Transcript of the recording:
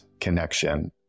connection